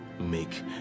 make